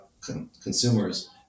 consumers